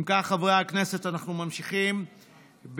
אם כך, חברי הכנסת, אנחנו ממשיכים בסדר-היום,